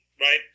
right